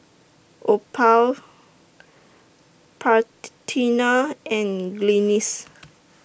Opal Parthenia and Glynis